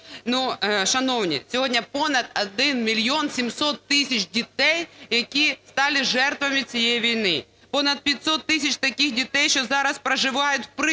шановні, сьогодні понад 1 мільйон 700 тисяч дітей, які стали жертвами цієї війни, понад 500 тисяч таких дітей, що зараз проживають в притул